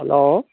hello